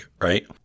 right